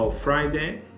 Friday